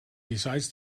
decides